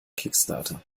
kickstarter